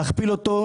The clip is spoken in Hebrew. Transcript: להכפיל אותו,